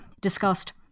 discussed